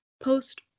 post